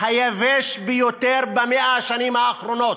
היבש ביותר ב-100 השנים האחרונות.